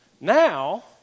Now